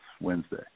Wednesday